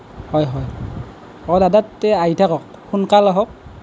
হয় হয় অঁ দাদা তে আহি থাকক সোনকালে আহক